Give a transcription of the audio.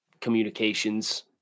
communications